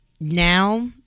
now